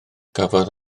cafodd